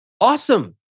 Awesome